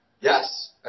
Yes